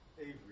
Avery